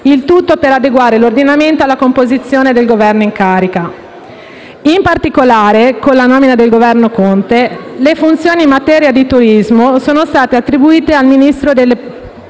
il tutto per adeguare l'ordinamento alla composizione del Governo in carica. In particolare, con la nomina del Governo Conte, le funzioni in materia di turismo sono state attribuite al Ministro delle